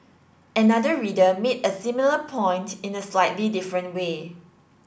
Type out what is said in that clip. another reader made a similar point in a slightly different way